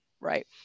right